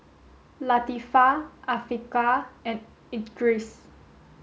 Latifa Afiqah and Idris